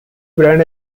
brand